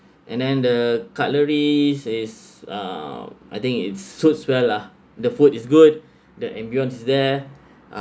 and then the cutlery is uh I think it's also well lah the food is good the ambiance is there uh